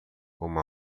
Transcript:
uma